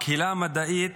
בקהילה המדעית